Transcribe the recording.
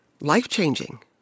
life-changing